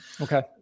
Okay